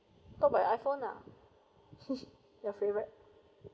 talk about your I_phone lah your favourite